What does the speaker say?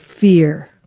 fear